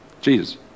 Jesus